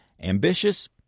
Ambitious